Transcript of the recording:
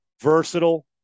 Versatile